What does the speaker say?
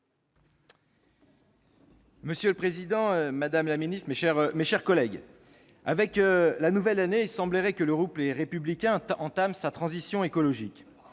Monsieur le président, madame la secrétaire d'État, mes chers collègues, avec la nouvelle année, il semblerait que le groupe Les Républicains entame sa transition écologique.